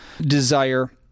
desire